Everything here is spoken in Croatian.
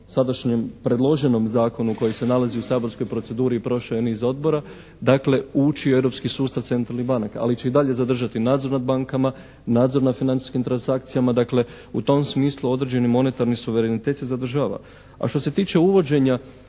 sadašnjem predloženom zakonu koji se nalazi u saborskoj proceduri i prošao je niz odbora dakle ući u europski sustav centralnih banaka ali će i dalje zadržati nadzor nad bankama, nadzor nad financijskim transakcijama. Dakle, u tom smislu određeni monetarni suverenitet se zadržava. A što se tiče uvođenja